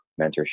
mentorship